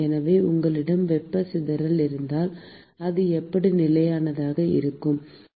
எனவே உங்களிடம் வெப்பச் சிதறல் இருந்தால் அது எப்படி நிலையானதாக இருக்கும் என்பது கேள்வி